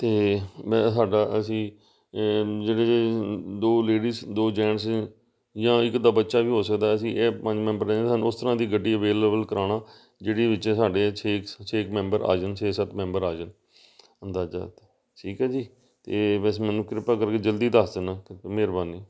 ਅਤੇ ਮੈਂ ਸਾਡਾ ਅਸੀਂ ਜਿਹੜੇ ਦੋ ਲੇਡੀਜ ਦੋ ਜੈਂਟਸ ਜਾਂ ਇੱਕ ਅੱਧਾ ਬੱਚਾ ਵੀ ਹੋ ਸਕਦਾ ਅਸੀਂ ਇਹ ਪੰਜ ਮੈਂਬਰ ਨੇ ਸਾਨੂੰ ਉਸ ਤਰ੍ਹਾਂ ਦੀ ਗੱਡੀ ਅਵੇਲੇਬਲ ਕਰਵਾਉਣਾ ਜਿਹੜੀ ਵਿੱਚ ਸਾਡੇ ਛੇ ਕੁ ਛੇ ਕੁ ਮੈਂਬਰ ਆ ਜਾਣ ਛੇ ਸੱਤ ਮੈਂਬਰ ਆ ਜਾਣ ਅੰਦਾਜਾ ਇਹ ਤਾਂ ਠੀਕ ਹੈ ਜੀ ਤੇ ਬਸ ਮੈਨੂੰ ਕਿਰਪਾ ਕਰਕੇ ਜਲਦੀ ਦੱਸ ਦੇਣਾ ਅਤੇ ਮਿਹਰਬਾਨੀ